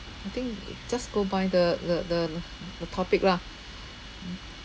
I think just go by the the the the the topic lah mm